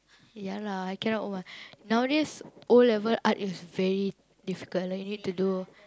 ya lah I cannot O one nowadays O-level art is very difficult like you need to do